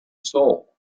soul